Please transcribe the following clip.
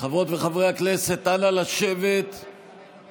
הצעות לסדר-היום מס'